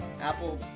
Apple